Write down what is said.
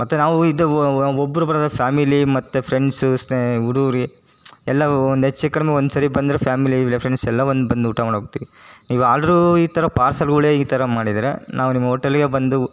ಮತ್ತು ನಾವು ಇದು ಒಬ್ಬರು ಬರಲ್ಲ ಫ್ಯಾಮಿಲಿ ಮತ್ತು ಫ್ರೆಂಡ್ಸು ಸ್ನೇ ಹುಡುರಿ ಎಲ್ಲ ಒಂದು ಹೆಚ್ಚು ಕಡಿಮೆ ಒಂದು ಸರಿ ಬಂದರೆ ಫ್ಯಾಮಿಲಿ ಇಲ್ಲ ಫ್ರೆಂಡ್ಸ್ ಎಲ್ಲ ಒಂದು ಬಂದು ಊಟ ಮಾಡೋಗ್ತೀವಿ ನೀವು ಆರ್ಡ್ರೂ ಈ ಥರ ಪಾರ್ಸೆಲ್ಗಳೇ ಈ ಥರ ಮಾಡಿದರೆ ನಾವು ನಿಮ್ಮ ಓಟೆಲ್ಲಿಗೇ ಬಂದು